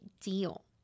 deal